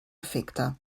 efecte